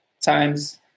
times